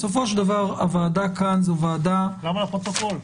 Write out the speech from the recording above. בסופו של דבר הוועדה כאן זו ועדה --- למה לפרוטוקול?